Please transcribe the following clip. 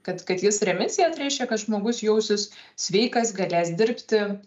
kad kad jis remisijoj tai reiškia kad žmogus jausis sveikas galės dirbti